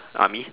army